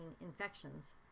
infections